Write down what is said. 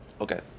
Okay